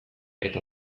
eta